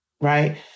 right